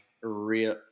real